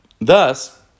Thus